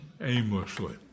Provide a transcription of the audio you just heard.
aimlessly